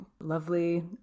lovely